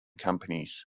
companies